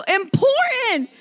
important